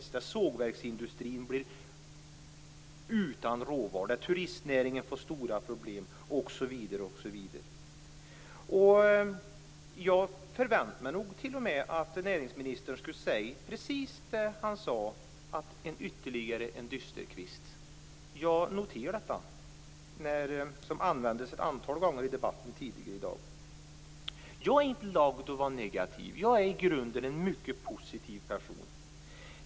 Då skulle sågverksindustrin bli utan råvaror, turistnäringen få stora problem osv. Jag förväntade mig nog att näringsministern skulle säga precis det han sade om ytterligare en dysterkvist. Jag noterade att det uttrycket användes ett antal gånger i debatten tidigare i dag. Jag är inte lagd att vara negativ. Jag är i grunden en mycket positiv person.